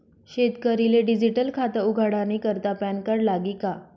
शेतकरीले डिजीटल खातं उघाडानी करता पॅनकार्ड लागी का?